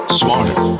smarter